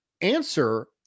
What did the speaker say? answer